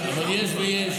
יש ויש.